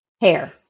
hair